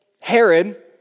Herod